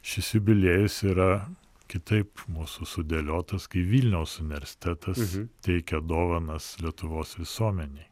šis jubiliejus yra kitaip mūsų sudėliotas kai vilniaus universitetas teikia dovanas lietuvos visuomenei